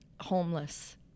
homeless